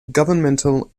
governmental